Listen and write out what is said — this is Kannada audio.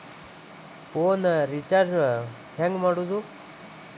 ಫೋನ್ ರಿಚಾರ್ಜ್ ಹೆಂಗೆ ಮಾಡೋದು?